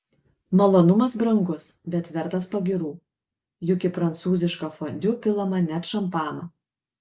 malonumas brangus bet vertas pagyrų juk į prancūzišką fondiu pilama net šampano